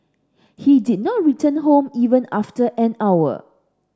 he did not return home even after an hour